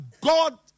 God